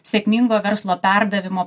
sėkmingo verslo perdavimo